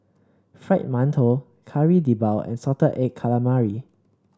Fried Mantou Kari Debal and Salted Egg Calamari